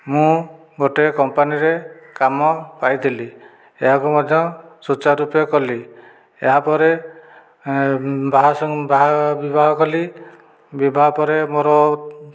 ମୁଁ ଗୋଟେ କମ୍ପାନିରେ କାମ ପାଇଥିଲି ଏହାକୁ ମଧ୍ୟ ସୁଚାରୁ ରୂପେ କଲି ଏହାପରେ ବାହା ବିବାହ କଲି ବିବାହ ପରେ ମୋର